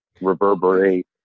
reverberate